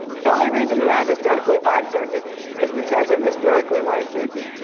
the only reason you have historically black churches is because of historically white churches.